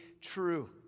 true